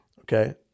Okay